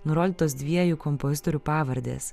nurodytos dviejų kompozitorių pavardės